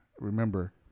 remember